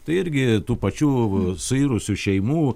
tai irgi tų pačių suirusių šeimų